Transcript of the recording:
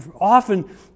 Often